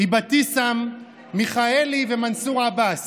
אבתיסאם, מיכאלי ומנסור עבאס: